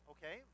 Okay